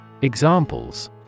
Examples